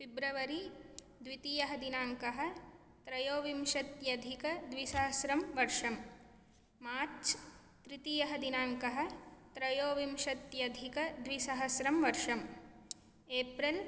February द्वितीयः दिनाङ्कः त्रयोविंशत्याधिकद्विसहस्रं वर्षम् मार्च् तृतीयः दिनाङ्कः त्रयोविंशत्यधिकद्विसहस्रं वर्षम् एप्रल्